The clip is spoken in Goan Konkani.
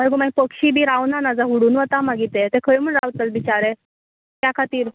हय गो मागी पक्षी बी रावना ना जा् हुडून वता मागीर ते ते खंय म्हणून रावतले बिचारे त्या खातीर